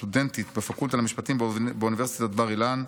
סטודנטית בפקולטה למשפטים באוניברסיטת בר-אילן,